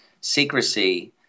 secrecy